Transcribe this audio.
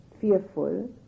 fearful